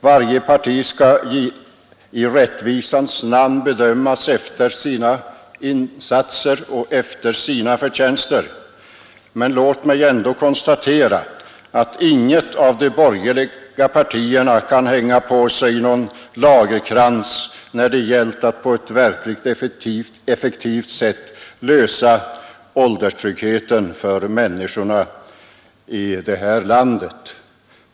Varje parti skall i rättvisans namn bedömas efter sina insatser och sina förtjänster, men låt mig ändå konstatera att inget av de borgerliga partierna kan hänga på sig någon lagerkrans när det gällt att på ett verkligt effektivt sätt skapa ålderstrygghet för människorna i det här landet.